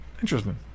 Interesting